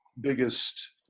biggest